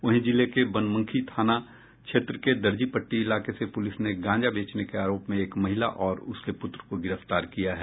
वहीं जिले के बनमनखी थाना क्षेत्र के दर्जीपट्टी इलाके से पुलिस ने गांजा बेचने के आरोप में एक महिला और उसके पुत्र को गिरफ्तार किया है